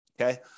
Okay